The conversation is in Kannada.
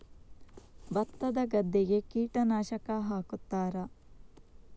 ಭತ್ತದ ಗದ್ದೆಗೆ ಕೀಟನಾಶಕ ಹಾಕುತ್ತಾರಾ?